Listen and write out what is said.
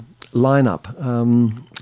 lineup